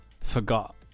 Forgot